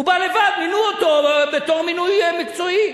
הוא בא לבד, מינו אותו בתור מינוי מקצועי,